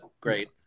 great